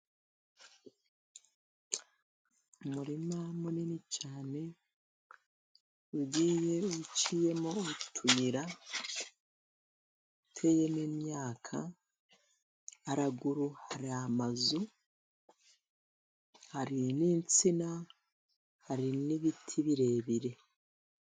Umurima munini cyane ugiye uciyemo utuyira uteyemo imyaka, haraguru hari amazu, hari n'insina, hari n'ibiti birebire.